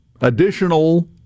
additional